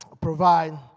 provide